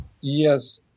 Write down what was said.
Yes